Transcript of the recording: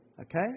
Okay